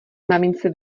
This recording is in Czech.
mamince